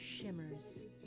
shimmers